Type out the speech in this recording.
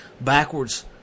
backwards